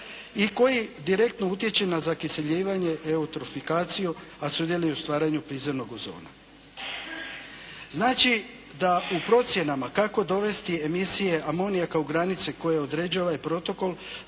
i koji direktno utječe na zakiseljivanje eutrofikaciju a sudjeluje u stvaranju prizemnog ozona. Znači da u procjenama kako dovesti emisije amonijaka u granici koje određuju ovaj protokol,